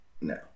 No